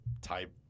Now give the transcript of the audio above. type